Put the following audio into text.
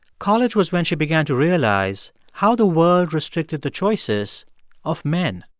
college was when she began to realize how the world restricted the choices of men